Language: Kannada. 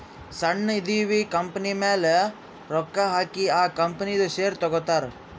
ಸಣ್ಣು ಇದ್ದಿವ್ ಕಂಪನಿಮ್ಯಾಲ ರೊಕ್ಕಾ ಹಾಕಿ ಆ ಕಂಪನಿದು ಶೇರ್ ತಗೋತಾರ್